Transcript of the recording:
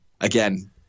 again